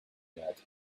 that